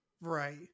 right